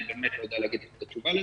אני באמת לא יודע להגיד את התשובה לזה.